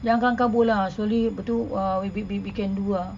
jangan kelam-kabut lah slowly lepas tu uh we we we can do ah